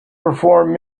perform